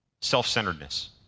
self-centeredness